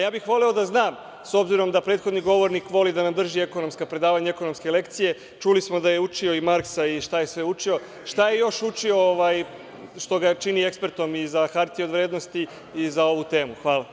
Ja bih voleo da znam, s obzirom da prethodni govornik voli da nam drži ekonomska predavanja i ekonomske lekcije, čuli smo da je učio i Marksa i šta je sve učio, šta je još učio što ga čini ekspertom i za hartije od vrednosti i za ovu temu?